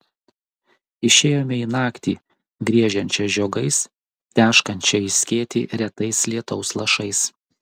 išėjome į naktį griežiančią žiogais teškančią į skėtį retais lietaus lašais